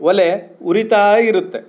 ಒಲೆ ಉರಿತಾ ಇರುತ್ತೆ